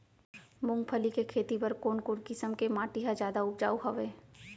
मूंगफली के खेती बर कोन कोन किसम के माटी ह जादा उपजाऊ हवये?